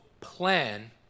plan